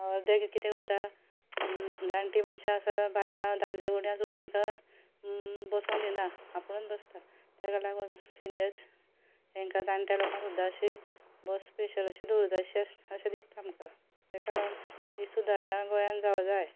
अर्दे किदें करता जाणटी मनशां आसा बायलां दादले कोणूय आसूं तांकां बसूंक दिना आपुणूच बसता ताका लागून सिनीयर्स हांकां जाणट्यांक लोकांक सुद्दां अशी बस स्पेशल अशीं दवरूं जाय अशीं अशें दिसता म्हाका ताका लागून ही सुदारणा गोंयान जाव जाय